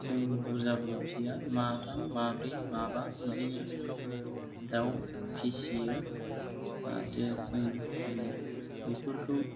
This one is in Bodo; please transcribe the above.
जों बुरजाबो फिया माथाम माब्रै माबा बिदिनो दाउ फिसियो जाहाथे जों बिफोरखौ